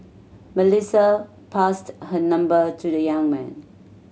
Melissa passed her number to the young man